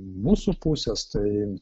mūsų pusės tai